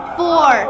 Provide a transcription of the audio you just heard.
four